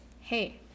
hey